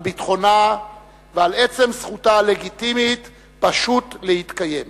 על ביטחונה ועל עצם זכותה הלגיטימית פשוט להתקיים.